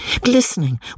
glistening